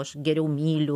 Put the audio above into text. aš geriau myliu